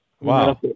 Wow